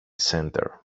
center